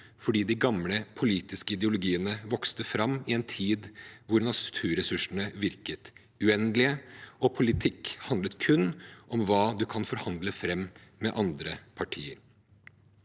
fordi de gamle politiske ideologiene vokste fram i en tid hvor naturressursene virket uendelige, og politikk kun handlet om hva man kan forhandle fram med andre partier.